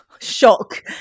shock